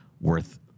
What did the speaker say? worth